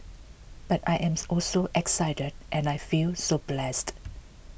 but I am also excited and I feel so blessed